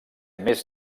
més